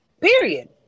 Period